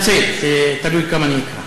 אתמצת, תלוי כמה אני אקרא.